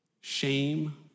shame